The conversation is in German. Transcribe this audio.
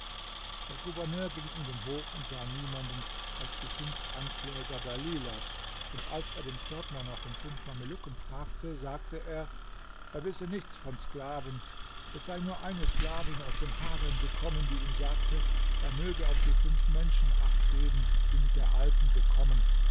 der gouverneur ging in den hof und sah niemanden als die fünf ankläger dalilahs und als er den pförtner nach den fünf mamelucken fragte sagte er er wisse nichts von sklaven es sei nur eine sklavin aus dem harem gekommen die ihm sagte er möge auf die fünf menschen acht geben die mit der alten gekommen